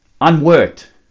unworked